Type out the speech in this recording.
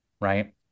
right